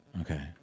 Okay